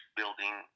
building